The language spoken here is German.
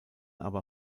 aber